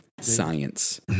science